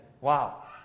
Wow